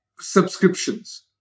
Subscriptions